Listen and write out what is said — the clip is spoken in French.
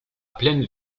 plaine